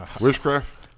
Witchcraft